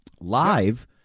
Live